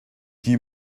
qui